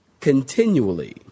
continually